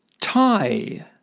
tie